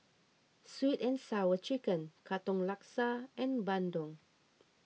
Sweet and Sour Chicken Katong Laksa and Bandung